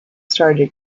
started